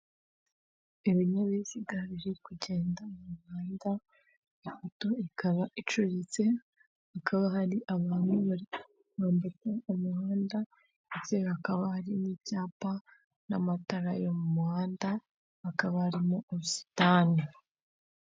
Ibinyabiziga biri kugenda mu muhanda, moto ikaba icuritse, hakaba hari abantu bambuka umuhanda, hakaba arimo ibyapa n'amatara yo mu muhanda akaba ari mu ubusitani.